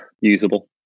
usable